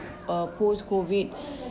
uh post COVID